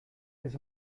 his